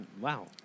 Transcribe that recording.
Wow